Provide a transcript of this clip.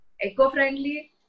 eco-friendly